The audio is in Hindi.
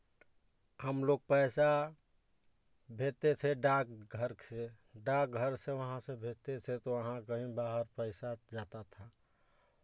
हम लोग पैसा भेजते थे डाक घर से डाक घर से वहाँ से भेजते थे तो वहाँ कहीं बाहर पैसा जाता था